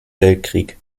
weltkrieg